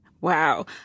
Wow